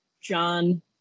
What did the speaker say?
John